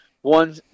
one